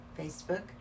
Facebook